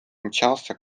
мчался